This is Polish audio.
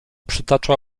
przytacza